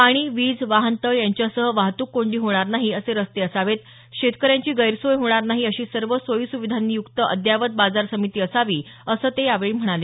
पाणी वीज वाहनतळ यांच्यासह वाहतूक कोंडी होणार नाहीत असे रस्ते असावेत शेतकऱ्यांची गैरसोय होणार नाहीत अशी सर्व सोयी सुविधांनी युक्त अद्ययावत बाजार समिती असावी असं ते यावेळी म्हणाले